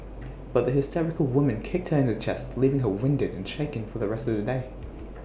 but the hysterical woman kicked her in the chest leaving her winded and shaken for the rest of the day